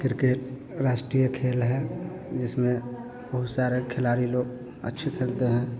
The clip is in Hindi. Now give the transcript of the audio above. किर्केट राष्ट्रीय खेल है जिसमें बहुत सारे खिलाड़ी लोग अच्छा खेलते हैं